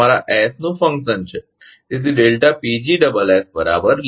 તમારા Sએસ નું ફંકશન છે